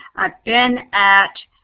i've been at